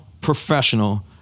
professional